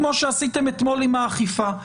כמו שעשיתם אתמול עם האכיפה.